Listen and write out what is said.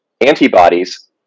antibodies